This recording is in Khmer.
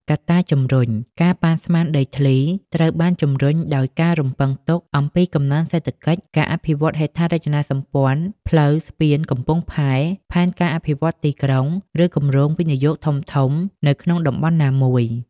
កត្តាជំរុញ ការប៉ាន់ស្មានដីធ្លីត្រូវបានជំរុញដោយការរំពឹងទុកអំពីកំណើនសេដ្ឋកិច្ច ការអភិវឌ្ឍហេដ្ឋារចនាសម្ព័ន្ធ ផ្លូវ ស្ពាន កំពង់ផែ ផែនការអភិវឌ្ឍន៍ទីក្រុង ឬគម្រោងវិនិយោគធំៗនៅក្នុងតំបន់ណាមួយ។